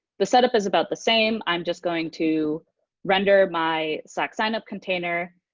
the set-up is about the same. i'm just going to render my sign-up container,